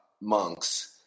monks